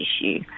issue